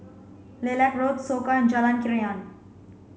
Lilac Road Soka and Jalan Krian